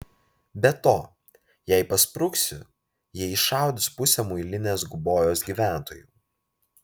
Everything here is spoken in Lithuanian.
be to jei paspruksiu jie iššaudys pusę muilinės gubojos gyventojų